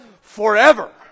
forever